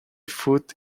foot